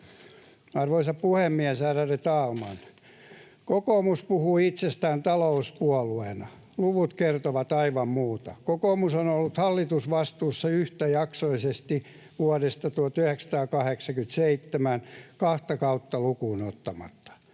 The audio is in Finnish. Arvoisa puhemies, ärade talman! Kokoomus puhuu itsestään talouspuolueena. Luvut kertovat aivan muuta. Kokoomus on ollut hallitusvastuussa yhtäjaksoisesti vuodesta 1987 kahta kautta lukuun ottamatta.